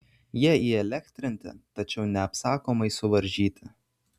jie įelektrinti tačiau neapsakomai suvaržyti